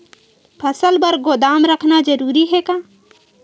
फसल बर गोदाम रखना जरूरी हे का?